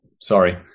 Sorry